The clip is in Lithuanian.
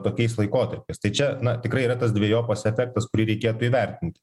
tokiais laikotarpiais tai čia na tikrai yra tas dvejopas efektas kurį reikėtų įvertint